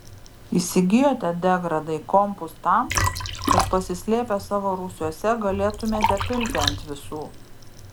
įsigijote degradai kompus tam kad pasislėpę savo rūsiuose galėtumėte pilti ant visų